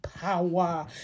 power